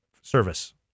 service